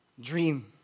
Dream